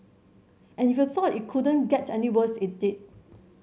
and if you thought it couldn't get any worse it did